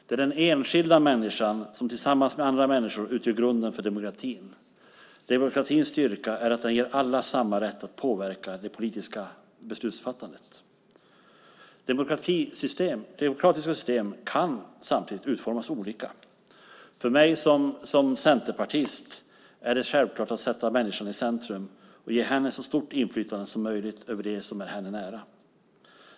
Det är den enskilda människan som tillsammans med andra människor utgör grunden för demokratin. Demokratins styrka är att den ger alla samma rätt att påverka det politiska beslutsfattandet. Demokratiska system kan samtidigt utformas olika. För mig som centerpartist är det självklart att sätta människan i centrum och ge henne ett så stort inflytande som möjligt över det som är henne nära.